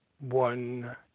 one